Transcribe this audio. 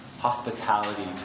hospitality